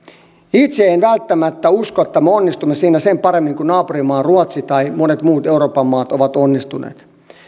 itse en välttämättä usko että me onnistumme siinä sen paremmin kuin naapurimaa ruotsi tai monet muut euroopan maat ovat onnistuneet